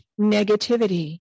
negativity